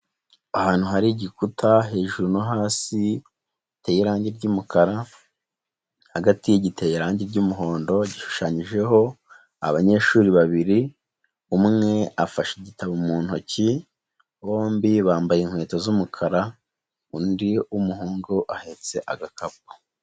Ahantu hari igikuta hejuru no hasi hateye irangi ry'umukara, hagati giteye irangi ry'umuhondo, gishushanyijeho abanyeshuri babiri, umwe afashe igitabo mu ntoki, bombi bambaye inkweto z'umukara, undi w'umuhungu ahetse agakapu.